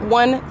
one